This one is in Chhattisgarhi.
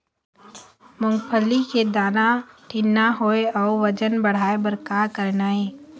मूंगफली के दाना ठीन्ना होय अउ वजन बढ़ाय बर का करना ये?